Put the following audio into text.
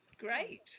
Great